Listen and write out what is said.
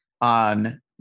on